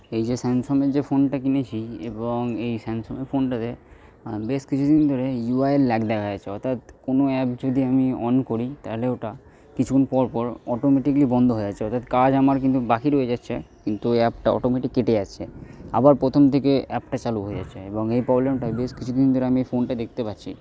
এই যে স্যামসংয়ের যে ফোনটা কিনেছি এবং এই স্যামসংয়ের ফোনটতে বেশ কিছুদিন ধরেই ইউআইয়ের ল্যাগ দেখা যাচ্ছে অর্থাৎ কোনো অ্যাপ যদি আমি অন করি তাহলে ওটা কিছুদিন পরপর অটোমেটিকালি বন্ধ হয়ে যাচ্ছে অর্থাৎ কাজ আমার কিন্তু বাকি রয়ে যাচ্ছে কিন্তু ওই অ্যাপটা অটোমেটিক কেটে যাচ্ছে আবার প্রথম থেকে অ্যাপটা চালু হয়ে যাচ্ছে এবং এই প্রবলেমটা বেশ কিছুদিন ধরে আমি এই ফোনটায় দেখতে পাচ্ছি